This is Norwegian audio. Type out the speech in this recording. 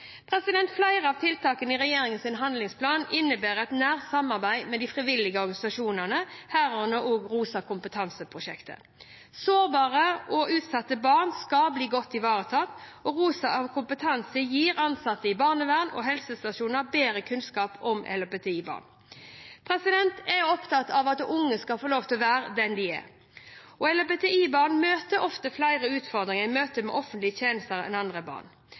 Flere av tiltakene i regjeringens handlingsplan innebærer et nært samarbeid med de frivillige organisasjonene, herunder Rosa kompetanse-prosjektet. Sårbare og utsatte barn skal bli godt ivaretatt. Rosa kompetanse gir ansatte i barnevern og på helsestasjoner bedre kunnskap om LHBTI-barn. Jeg er opptatt av at unge skal få lov til å være den de er. LHBTI-barn møter ofte flere utfordringer i møte med offentlige tjenester enn andre barn.